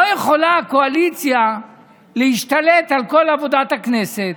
לא יכולה הקואליציה להשתלט על כל עבודת הכנסת,